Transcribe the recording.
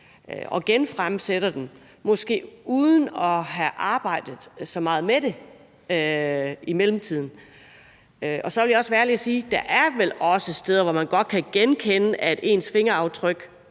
og genfremsætter dem uden måske at have arbejdet så meget med det i mellemtiden. Og så vil jeg være ærlig og sige, at der vel er steder, hvor man godt kan genkende sine fingeraftryk,